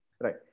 Right